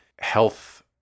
health